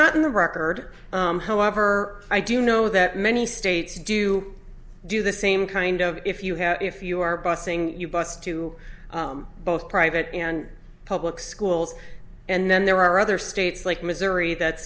not in the record however i do know that many states do you do the same kind of if you have if you are busing you bus to both private and public schools and then there are other states like missouri that